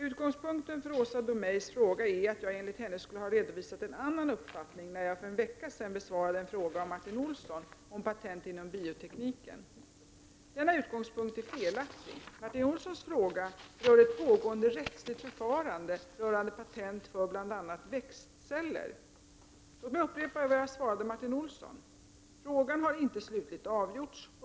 Utgångspunkten för Åsa Domeijs frågor är att jag enligt henne skulle ha redovisat en annan uppfattning när jag för en vecka sedan besvarade en fråga av Martin Olsson om patent inom biotekniken. Denna utgångspunkt är felaktig. Martin Olssons fråga rörde ett pågående rättsligt förfarande rörande patent för bl.a. växtceller. Låt mig upprepa vad jag svarade Martin Olsson: Frågan har inte slutligt avgjorts.